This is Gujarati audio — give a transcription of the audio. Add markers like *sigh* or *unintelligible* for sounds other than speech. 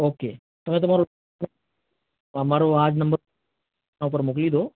ઓકે તમે તમારું *unintelligible* અમારો આ જ નંબર *unintelligible* એના ઉપર મોકલી દો